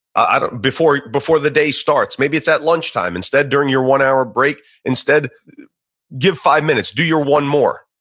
ah before before the day starts. maybe it's at lunchtime, instead during your one hour break. instead give five minutes, do your one more.